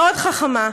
מאוד חכמה.